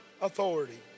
authority